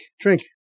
drink